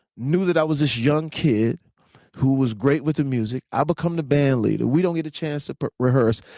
knew that i was this young kid who was great with the music. i become the band leader. we don't get a chance to but rehearse.